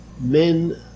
men